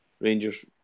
Rangers